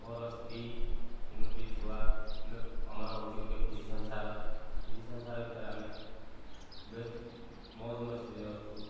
ମୋର ସ୍ତ୍ରୀ ତିନୋଟି ଛୁଆ ଆମର ହେଉଛି ଗୋଟେ ଖୁସି ସଂସାର ଖୁସି ସଂସାର ଭିତରେ ଆମେ ବେଶ ମଉଜ ମଜଲିସ ରେ ଅଛୁ